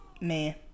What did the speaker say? Man